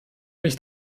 mich